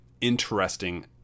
interesting